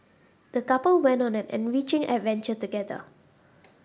the couple went on an enriching adventure together